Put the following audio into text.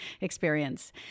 experience